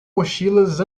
mochilas